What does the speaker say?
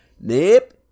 nip